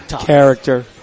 Character